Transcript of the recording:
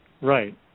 Right